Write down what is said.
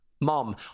Mom